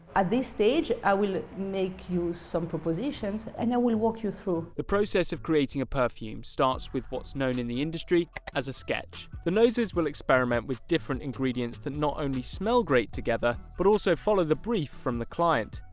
at this stage i will make you some propositions, and i will walk you through. the process of creating a perfume starts with what's known in the industry as a sketch. the noses will experiment with different ingredients that not only smell great together, but also follow the brief from the client.